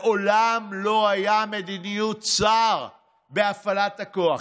מעולם לא הייתה מדיניות שר בהפעלת הכוח.